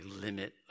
limit